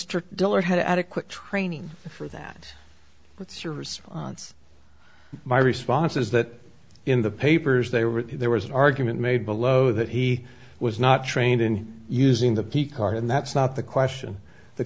mr diller had adequate training for that what's your response my response is that in the papers they were there was an argument made below that he was not trained in using the p card and that's not the question the